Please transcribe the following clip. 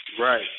Right